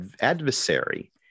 adversary